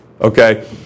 okay